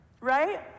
right